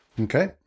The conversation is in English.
Okay